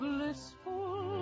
Blissful